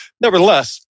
nevertheless